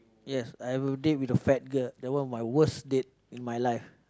yes I have a date with a fat girl that one my worst date in my life